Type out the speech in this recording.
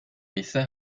ise